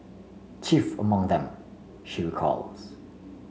chief among them she recalls